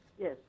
Yes